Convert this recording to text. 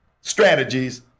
strategies